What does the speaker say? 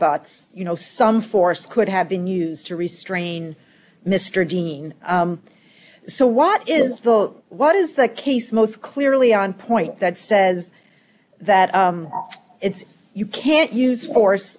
butts you know some force could have been used to restrain mr dean so what is the what is the case most clearly on point that says that it's you can't use force